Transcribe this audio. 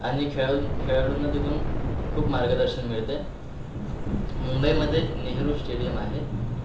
आणि खेळाडूं खेळाडूंना तिथून खूप मार्गदर्शन मिळते मुंबईमध्ये नेहरू स्टेडियम आहे